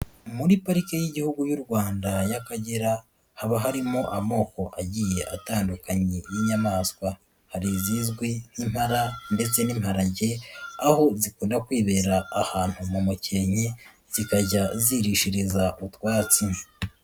Muri pariki y'igihugu y'u Rwanda y'Akagera haba harimo amoko agiye atandukanye y'inyamaswa, harizizwi nk'impara ndetse n'imparage aho dukunda kwibera ahantu mu mukenke zikajya zirishiriza utwatsi.